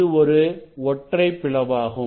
இது ஒரு ஒற்றை பிளவாகும்